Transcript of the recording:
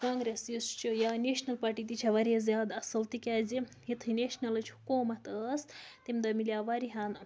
Congress یُس چھِ یا نیشنَل پارٹی تہِ چھےٚ واریاہ زیادٕ اَصٕل تِکیٛازِ یُتھُے نیشنَلٕچ حکوٗمَت ٲس تَمہِ دۄہ مِلیو واریاہَن